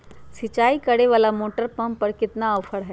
सिंचाई करे वाला मोटर पंप पर कितना ऑफर हाय?